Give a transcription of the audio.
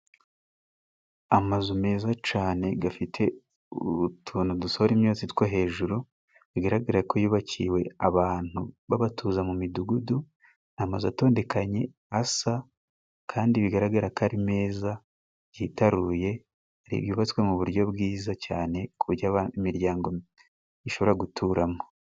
Amazu meza cane gafite utuntu dusohora imyotsi two hejuru. Bigaragarare ko yubakiwe abantu babatuza mu midugudu. Amazu atondekanye asa, kandi bigaragara ko ari meza yitaruye, yubatswe mu buryo bwiza cyane, ku buryo imiryango ishobora guturamwo.